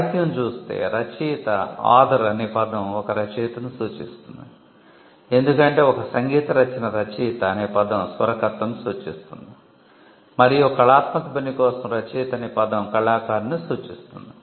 సాహిత్యo చూస్తే రచయిత అనే పదం ఒక రచయితను సూచిస్తుంది ఎందుకంటే ఒక సంగీత రచన రచయిత అనే పదం స్వరకర్తను సూచిస్తుంది మరియు ఒక కళాత్మక పని కోసం రచయిత అనే పదం కళాకారుడిని సూచిస్తుంది